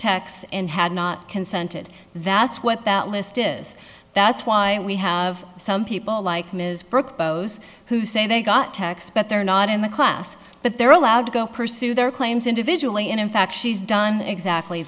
tax and had not consented that's what that list is that's why we have some people like ms brooke who say they got text but they're not in the class but they're allowed to go pursue their claims individually and in fact she's done exactly